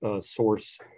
source